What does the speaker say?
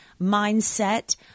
mindset